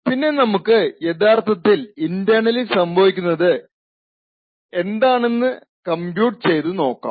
പിന്നെ നമുക്ക് യഥാർത്ഥത്തിൽ എന്താണ് ഇൻറ്ർണലി സംഭവിക്കുന്നത് എന്ന് കമ്പ്യൂട്ട് ചെയ്തു നോക്കാം